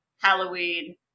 halloween